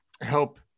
help